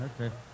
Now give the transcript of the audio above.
okay